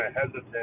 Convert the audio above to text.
hesitant